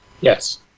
Yes